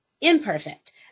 imperfect